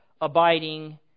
abiding